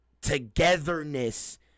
togetherness